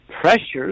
pressures